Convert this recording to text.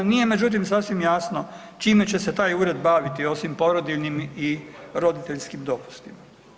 Nije međutim sasvim jasno čime će se taj ured baviti osim porodiljnim i roditeljskim dopustima.